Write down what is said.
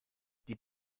die